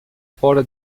fora